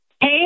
Hey